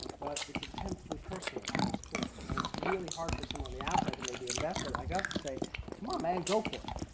but it's intensely personal at it's core, and it's really hard for someone on the outside to make the investor, like us, to say come on man, go for it.